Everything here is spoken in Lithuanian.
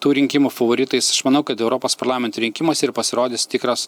tų rinkimų favoritais aš manau kad europos parlamento rinkimuose ir pasirodys tikras